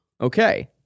Okay